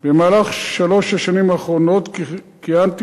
במהלך שלוש השנים האחרונות כיהנתי